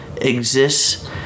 exists